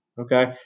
okay